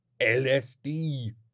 LSD